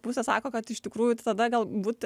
pusės sako kad iš tikrųjų tada galbūt